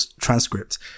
transcript